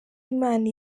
imana